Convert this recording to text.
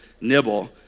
nibble